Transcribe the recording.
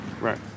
Right